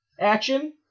action